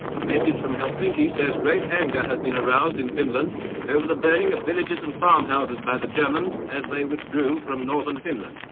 a message from helsinki says great anger had been aroused in finland over the burning of villages and farmhouses by the germans as they withdrew from but um northern finland.